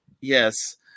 Yes